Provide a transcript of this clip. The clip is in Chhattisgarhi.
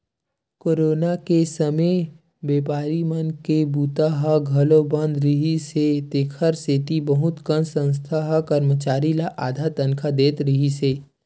कोरोना के समे बेपारी मन के बूता ह घलोक बंद रिहिस हे तेखर सेती बहुत कन संस्था ह करमचारी ल आधा तनखा दे रिहिस हे